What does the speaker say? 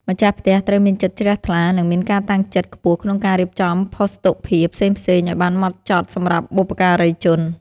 ម្ចាស់ផ្ទះត្រូវមានចិត្តជ្រះថ្លា និងមានការតាំងចិត្តខ្ពស់ក្នុងការរៀបចំភស្តុភារផ្សេងៗឱ្យបានហ្មត់ចត់សម្រាប់បុព្វការីជន។